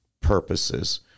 purposes